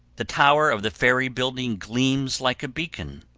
the tower of the ferry building gleams like a beacon,